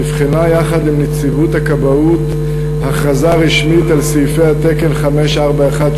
נבחנה יחד עם נציבות הכבאות הכרזה רשמית על סעיפי התקן 5418